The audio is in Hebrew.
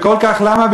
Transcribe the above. וכל כך למה?